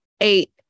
eight